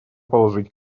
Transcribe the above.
положить